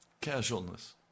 casualness